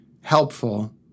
helpful